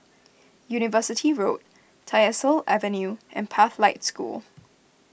University Road Tyersall Avenue and Pathlight School